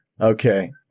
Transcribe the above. Okay